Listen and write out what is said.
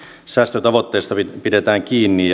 säästötavoitteesta pidetään kiinni